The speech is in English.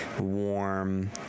warm